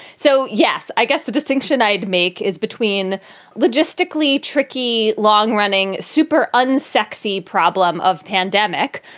so, yes, i guess the distinction i make is between logistically tricky, long running, super unsexy problem of pandemic,